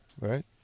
right